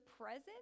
present